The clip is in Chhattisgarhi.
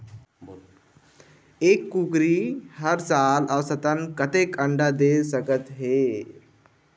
एक कुकरी हर साल औसतन कतेक अंडा दे सकत हे?